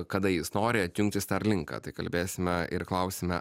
kada jis nori atjungti starlinką tai kalbėsime ir klausime